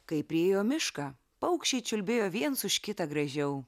kai priėjo mišką paukščiai čiulbėjo viens už kitą gražiau